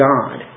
God